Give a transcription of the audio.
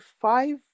five